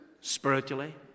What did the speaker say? spiritually